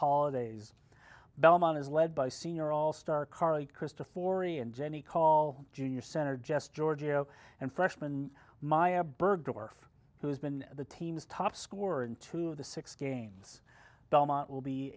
holidays belmont is led by senior all star card krista for ian jenny call junior center just giorgio and freshman maya bergdorf who has been the team's top scorer into the six games the mount will be